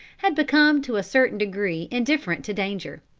had become to a certain degree indifferent to danger.